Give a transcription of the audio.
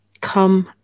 come